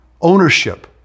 Ownership